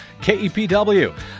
KEPW